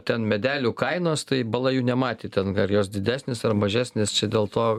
ten medelių kainos tai bala jų nematė ten ar jos didesnės ar mažesnės čia dėl to